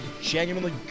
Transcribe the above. genuinely